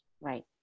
Right